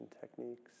techniques